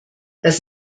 das